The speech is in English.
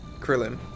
Krillin